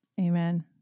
Amen